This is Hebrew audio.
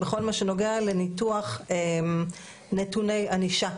בכל מה שנוגע לניתוח נתוני ענישה,